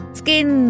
skin